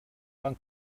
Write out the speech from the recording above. van